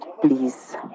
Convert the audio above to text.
please